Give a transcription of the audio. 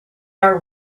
are